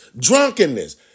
Drunkenness